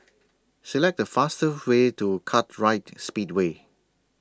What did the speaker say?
Select The fastest Way to Kartright Speedway